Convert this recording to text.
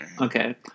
okay